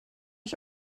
ich